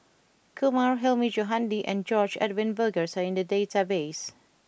Kumar Hilmi Johandi and George Edwin Bogaars are in the database